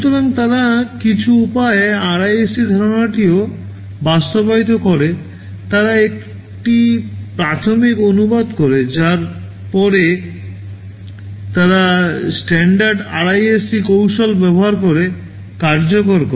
সুতরাং তারা কিছু উপায়ে ব্যবহার করে কার্যকর করে